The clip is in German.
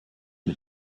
mit